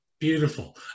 Beautiful